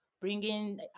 bringing